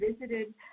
visited –